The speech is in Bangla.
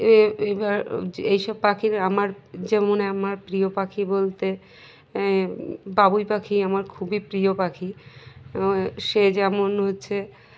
এ এবার এইসব পাখির আমার যেমন আমার প্রিয় পাখি বলতে বাবুই পাখি আমার খুবই প্রিয় পাখি সে যেমন হচ্ছে